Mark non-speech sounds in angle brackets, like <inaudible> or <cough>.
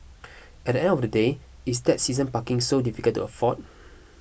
<noise> at the end of the day is that season parking so difficult to afford